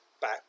back